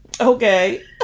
okay